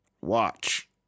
Watch